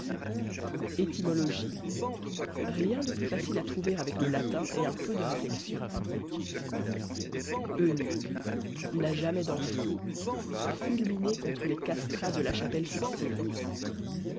étymologie rien de plus facile à trouver avec le latin et un peu de réflexion eunuque n'a jamais d'enfants fulminer contre les castrats de la chapelle sixtine